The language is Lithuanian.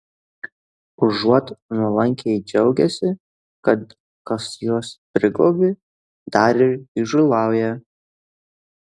užuot nuolankiai džiaugęsi kad kas juos priglobė dar ir įžūlauja